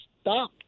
stop